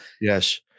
Yes